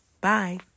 Bye